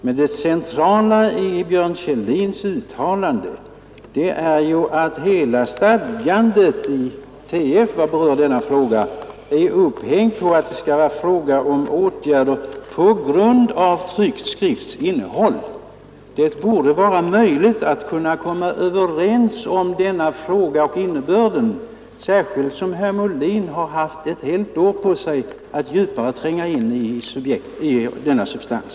Men det centrala i Björn Kjellins uttalande är att hela det stadgande i TF som berör denna fråga är upphängt på att det skall gälla åtgärder på grund av tryckt skrifts innehåll. Det borde vara möjligt att komma överens om innebörden av denna fråga, särskilt som herr Molin haft ett helt år på sig att djupare tränga in i denna substans.